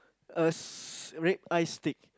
uh s~ rib eye steak